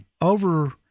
over